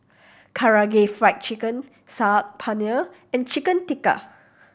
Karaage Fried Chicken Saag Paneer and Chicken Tikka